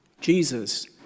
Jesus